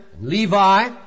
Levi